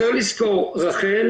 צריך לזכור רח"ל